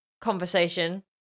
conversation